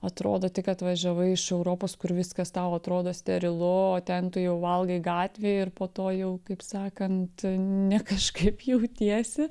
atrodo tik atvažiavai iš europos kur viskas tau atrodo sterilu o ten tu jau valgai gatvėj ir po to jau kaip sakant ne kažkaip jautiesi